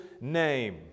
name